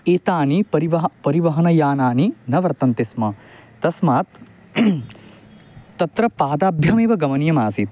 एतानि परिवहनं परिवहनयानानि न वर्तन्ते स्म तस्मात् तत्र पादाभ्यमेव गमनीयमासीत्